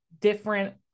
different